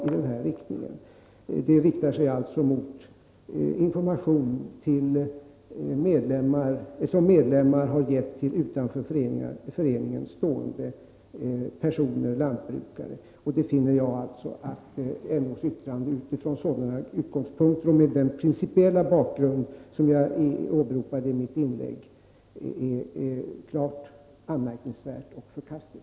Avser civilministern att vidtaga någon åtgärd för att medverka till att organisationsanslag avseende likartad verksamhet skall fördelas efter verksamhetens omfattning och utan sidoblickar på var organisationerna har sin politiska förankring?